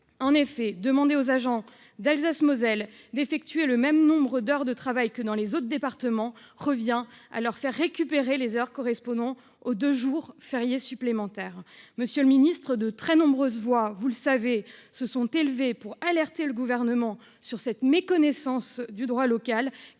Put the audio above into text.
En effet, demander aux agents d'Alsace-Moselle d'effectuer le même nombre d'heures de travail que dans les autres départements revient à leur faire récupérer les heures correspondant aux deux jours fériés supplémentaires. Monsieur le ministre, de très nombreuses voix se sont élevées pour alerter le Gouvernement sur cette méconnaissance du droit local,